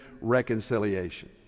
reconciliation